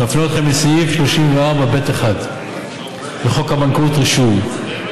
אני מפנה אתכם לסעיף 34(ב1) לחוק הבנקאות (רישוי),